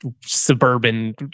suburban